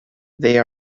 they